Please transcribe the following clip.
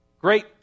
Great